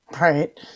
Right